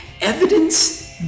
Evidence